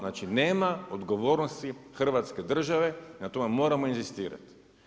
Znači nema odgovornosti Hrvatske države i na tome moramo inzistirati.